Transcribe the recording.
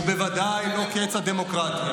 הוא בוודאי לא קץ הדמוקרטיה.